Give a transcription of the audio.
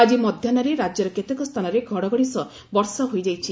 ଆକି ମଧ୍ଧାହୁରେ ରାଜ୍ୟର କେତେକ ସ୍ରାନରେ ଘଡ଼ଘଡ଼ି ସହ ବର୍ଷା ହୋଇଯାଇଛି